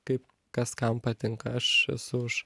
kaip kas kam patinka aš esu už